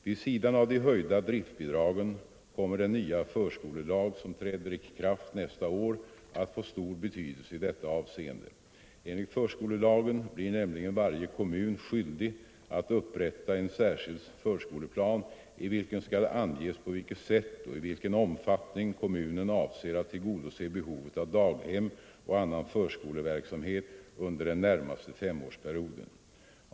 Vid sidan av de höjda driftbidragen Torsdagen den kommer den nya förskolelag som träder i kraft nästa år att få stor betydelse 14 november 1974 i detta avseende. Enligt förskolelagen blir nämligen varje kommun skyldig att upprätta en särskild förskoleplan i vilken skall anges på vilket Om ökat stöd till sätt och i vilken omfattning kommunen avser att tillgodose behovet av kommunernas daghem och annan förskoleverksamhet under den närmaste femårspe = barnstugeutbyggrioden.